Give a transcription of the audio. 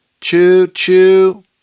choo-choo